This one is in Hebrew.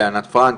לענת פרנק,